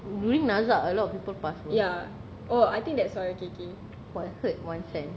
during nazak a lot of people pass cause I heard one time